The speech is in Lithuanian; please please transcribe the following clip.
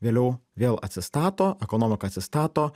vėliau vėl atsistato ekonomika atsistato